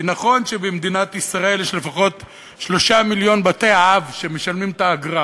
כי נכון שבמדינת ישראל יש לפחות 3 מיליון בתי-אב שמשלמים את האגרה,